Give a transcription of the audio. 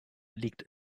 liegt